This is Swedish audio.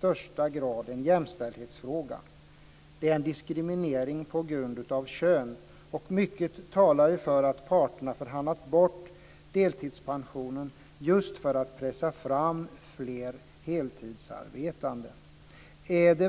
högsta grad en jämställdhetsfråga. Det är en diskriminering på grund av kön, och mycket talar för att parterna har förhandlat bort deltidspensionen just för att pressa fram fler heltidsarbetande.